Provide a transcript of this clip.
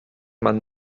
man